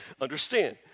understand